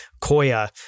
Koya